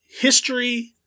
history